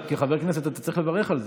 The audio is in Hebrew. כחבר כנסת אתה צריך לברך על זה.